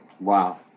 wow